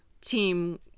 Team